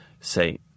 say